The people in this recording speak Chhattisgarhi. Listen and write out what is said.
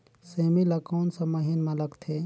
सेमी ला कोन सा महीन मां लगथे?